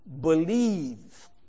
Believe